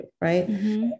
right